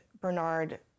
Bernard